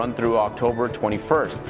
um through october twenty first,